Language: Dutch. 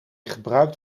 gebruikt